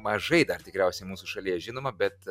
mažai dar tikriausiai mūsų šalyje žinoma bet